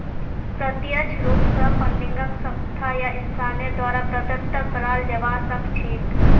प्रत्यक्ष रूप स फंडिंगक संस्था या इंसानेर द्वारे प्रदत्त कराल जबा सख छेक